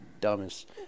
dumbest